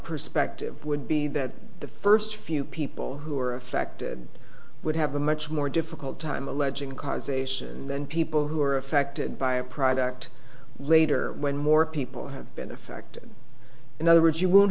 perspective would be that the first few people who are affected would have a much more difficult time alleging causation and then people who are affected by a product later when more people have been affected in other words you w